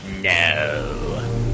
No